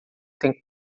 tem